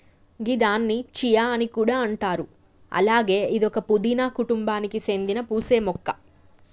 గిదాన్ని చియా అని కూడా అంటారు అలాగే ఇదొక పూదీన కుటుంబానికి సేందిన పూసే మొక్క